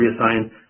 reassigned